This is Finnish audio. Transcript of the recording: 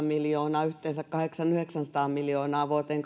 miljoonaa yhteensä kahdeksansataa viiva yhdeksänsataa miljoonaa vuoteen